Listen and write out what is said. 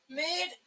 mid